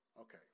Okay